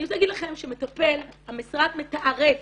אני רוצה להגיד לכם שהמשרד מתערף